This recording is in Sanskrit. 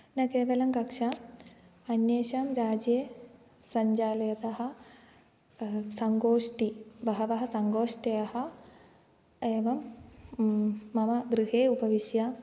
न केवलं कक्षा अन्येषां राज्ये सञ्चालयतः सङ्गोष्ठी बहवः सङ्गोष्ठ्याः एवं मम गृहे उपविश्य